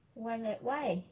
one le~ why